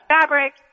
fabric